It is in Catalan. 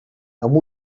amb